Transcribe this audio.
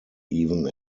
even